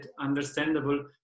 understandable